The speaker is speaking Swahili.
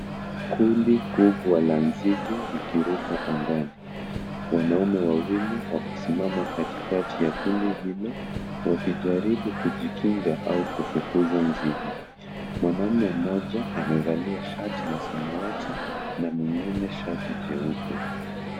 Kundi kubwa la nzige ikiruka angani. Wanaume wawili wamesimama katikati ya kundi hilo wakijaribu kujikinga au kufukuza nzige. Mwanamume mmoja amevalia shati la samawati na mengine shati jeupe.